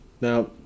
Now